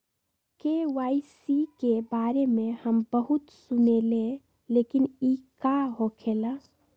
KYC के बारे में हम बहुत सुनीले लेकिन इ का होखेला?